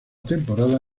temporada